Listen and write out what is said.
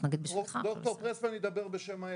ד"ר פרסמן ידבר בשם העמק,